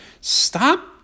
stop